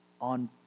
on